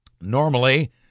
Normally